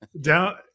down